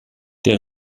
der